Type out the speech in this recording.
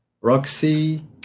Roxy